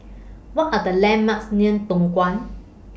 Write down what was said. What Are The landmarks near Tongkang